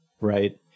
Right